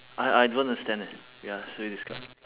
I I don't understand eh ya so you describe